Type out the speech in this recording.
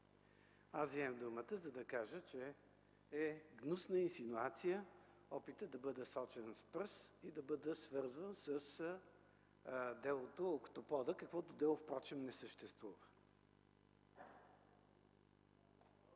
аз вземам думата, за да кажа, че е гнусна инсинуация опитът да бъда сочен с пръст и да бъда свързан с делото „Октопода”, каквото дело, междувпрочем, не съществува.